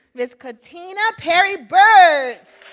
ms. katina perry-birts.